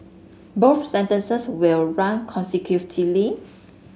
both sentences will run consecutively